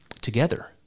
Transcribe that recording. together